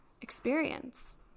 experience